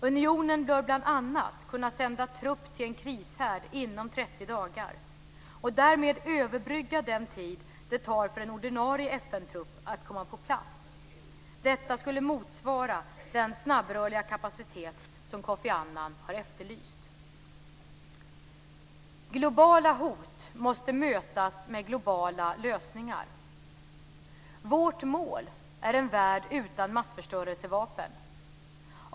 Unionen bör bl.a. kunna sända trupp till en krishärd inom 30 dagar och därmed överbrygga den tid det tar för ordinarie FN-trupp att komma på plats. Detta skulle motsvara den snabbrörliga kapacitet som Kofi Annan har efterlyst. Globala hot måste mötas med globala lösningar. Vårt mål är en värld utan massförstörelsevapen.